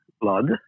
blood